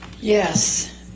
Yes